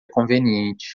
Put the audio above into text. conveniente